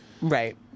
Right